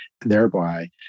thereby